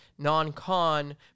NONCON